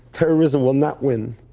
terrorism will not win.